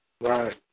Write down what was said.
right